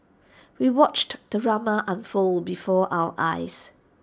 we watched the drama unfold before our eyes